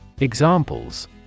examples